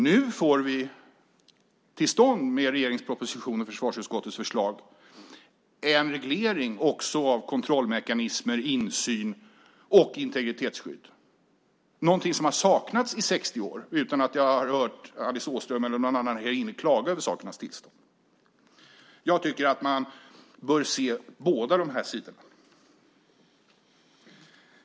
Nu får vi med regeringens proposition och försvarsutskottets förslag till stånd en reglering också av kontrollmekanismer, insyn och integritetsskydd. Det är någonting som har saknats i 60 år utan att man har hört Alice Åström eller någon annan här inne klaga över sakernas tillstånd. Jag tycker att man bör se båda de här sidorna.